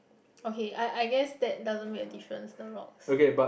okay I I guess that doesn't make a difference the rocks